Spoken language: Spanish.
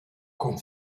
con